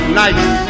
nice